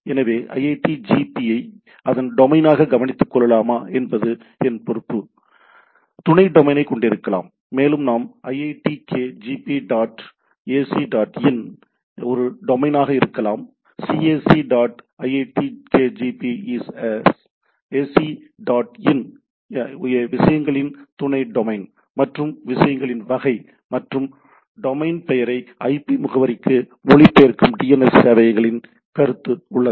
எனவே iitkgp ஐ அதன் டொமைனாக கவனித்துக் கொள்ளலாமா என்பது அதன் பொறுப்பு துணை டொமைனைக் கொண்டிருக்கலாம் மேலும் நாம் "iitkgp dot ac dot in" ஒரு டொமைனாக இருக்கலாம் "cac dot iitkgp is ac dot in" a விஷயங்களில் துணை டொமைன் மற்றும் விஷயங்களின் வகை மற்றும் டொமைன் பெயரை ஐபி முகவரிக்கு மொழிபெயர்க்கும் டிஎன்எஸ் சேவையகங்களின் கருத்து உள்ளது